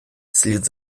слід